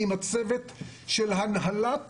עם הצוות של הנהלת